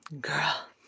Girl